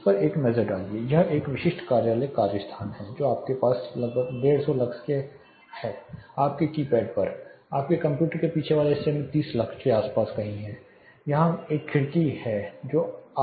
इस पर एक नजर डालिए यह एक विशिष्ट कार्यालय कार्य स्थान है जो आपके पास लगभग 150 लक्स आपके कीपैड पर है आपके कंप्यूटर के पीछे वाले हिस्से में 30 लक्स के आसपास कहीं कम है यहाँ एक खिड़की ग्लेज़िंग है